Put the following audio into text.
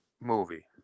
movie